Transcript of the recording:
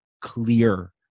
clear